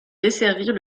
desservir